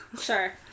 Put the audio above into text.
Sure